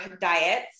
diets